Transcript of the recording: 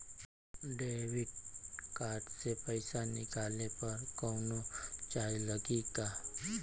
Debit card से पैसा निकलले पर कौनो चार्ज लागि का?